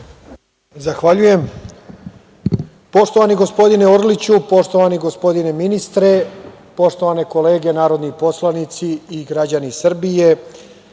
Zahvaljujem. Poštovani gospodine Orliću, poštovani gospodine ministre, poštovane kolege narodni poslanici i građani Srbije,